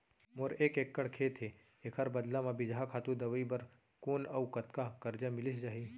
मोर एक एक्कड़ खेत हे, एखर बदला म बीजहा, खातू, दवई बर कोन अऊ कतका करजा मिलिस जाही?